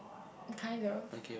kind of